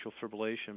fibrillation